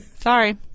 Sorry